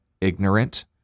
ignorant